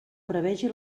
prevegi